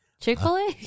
Chick-fil-A